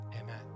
Amen